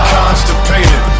Constipated